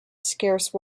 scarce